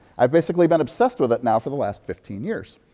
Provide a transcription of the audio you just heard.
i've basically been obsessed with it now for the last fifteen years.